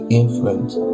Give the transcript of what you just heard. influence